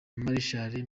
marshal